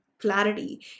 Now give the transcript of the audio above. clarity